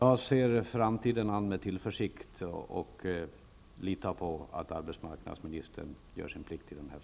Jag ser framtiden an med tillförsikt och litar på att arbetsmarknadsministern gör sin plikt i denna fråga.